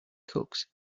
cooks